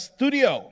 Studio